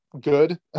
good